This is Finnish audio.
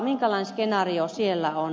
minkälainen skenaario siellä on